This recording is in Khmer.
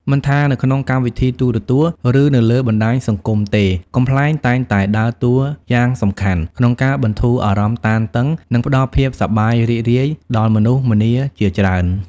មិនថានៅក្នុងកម្មវិធីទូរទស្សន៍ ឬនៅលើបណ្ដាញសង្គមទេ កំប្លែងតែងតែដើរតួយ៉ាងសំខាន់ក្នុងការបន្ធូរ អារម្មណ៍តានតឹង និងផ្ដល់ភាពសប្បាយរីករាយដល់មនុស្សម្នាជាច្រើន។